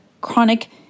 chronic